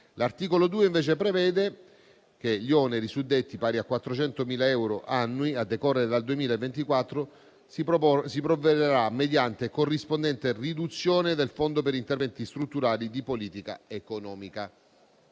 L'articolo 2, invece, prevede che agli oneri suddetti, pari a 400.000 euro annui a decorrere dal 2024, si provvederà mediante corrispondente riduzione del Fondo per interventi strutturali di politica economica.